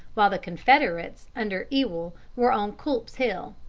while the confederates under ewell were on culp's hill.